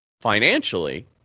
financially